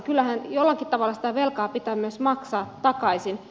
kyllähän jollakin tavalla sitä velkaa pitää myös maksaa takaisin